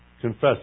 Confess